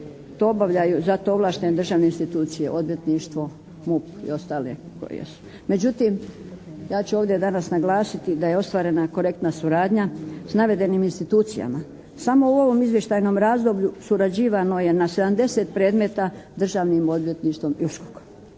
To obavljaju za to ovlaštene državne institucije – odvjetništvo, MUP i ostale koje jesu. Međutim, ja ću ovdje naglasiti da je ostvarena korektna suradnja sa navedenim institucijama. Samo u ovom izvještajnom razdoblju surađivano je na 70 predmeta državnim odvjetništvom i